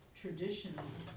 tradition's